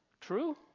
True